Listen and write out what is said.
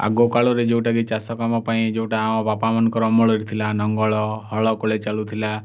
ଆଗକାଳରେ ଯେଉଁଟାକି ଚାଷ କାମ ପାଇଁ ଯେଉଁଟା ଆମ ବାପାମାନଙ୍କର ଅମଳରେ ଥିଲା ଲଙ୍ଗଳ ହଳ କଲେ ଚାଲୁଥିଲା